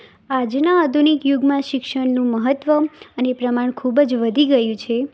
આજના આધુનિક યુગમાં શિક્ષણનું મહત્ત્વ અને પ્રમાણ ખૂબ જ વધી ગયું છે